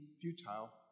futile